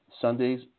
Sunday's